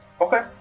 Okay